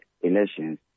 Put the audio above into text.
elections